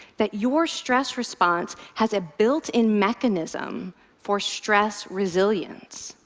that your stress response has a built-in mechanism for stress resilience,